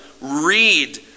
read